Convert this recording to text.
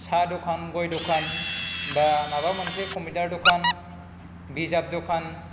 साहा दखन गय दखान बा माबा मोनसे कम्पिउटार दखान बिजाब दखान